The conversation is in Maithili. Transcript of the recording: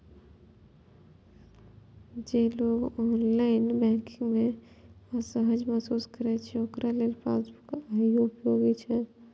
जे लोग ऑनलाइन बैंकिंग मे असहज महसूस करै छै, ओकरा लेल पासबुक आइयो उपयोगी छै